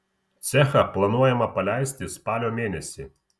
cechą planuojama paleisti spalio mėnesį